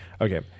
Okay